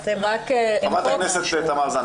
חברת הכנסת תמר זנדברג.